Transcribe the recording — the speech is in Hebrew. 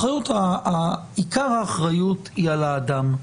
עיקר האחריות היא על האדם.